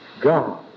God